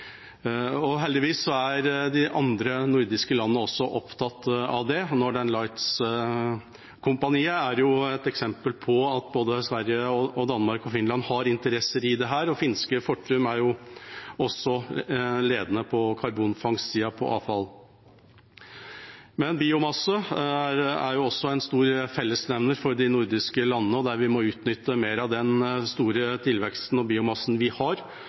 Heldigvis er de andre nordiske landene også opptatt av det. Northern Lights Company er et eksempel på at både Sverige, Danmark og Finland har interesser i dette, og finske Fortum er også ledende på karbonfangstsida på avfall. Men biomasse er også en stor fellesnevner for de nordiske landene, der vi må utnytte mer av den store tilveksten av biomasse vi har,